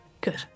Good